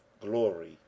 glory